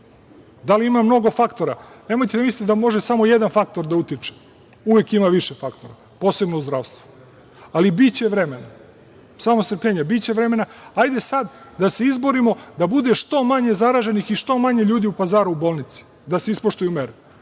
Da li ima mnogo faktora? Nemojte misliti da može samo jedan faktor da utiče, uvek ima više faktora, posebno u zdravstvu, ali biće vremena. Samo strpljenja, biće vremena. Hajde sad da se izborimo da bude što manje zaraženih i što manje ljudi u bolnici, da se ispoštuju mere,